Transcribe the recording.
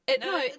No